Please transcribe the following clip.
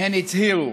הן הצהירו.